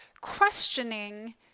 questioning